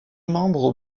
membres